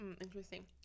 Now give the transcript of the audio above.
interesting